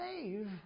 save